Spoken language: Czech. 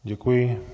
Děkuji.